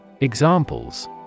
Examples